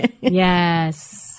yes